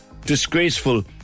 disgraceful